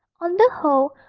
on the whole,